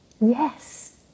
Yes